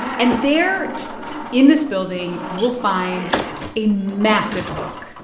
and there in this building, you will find a massive book